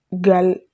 girl